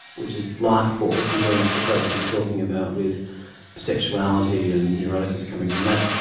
which is life force and very much the focus you were talking about with sexuality and neurosis coming from that,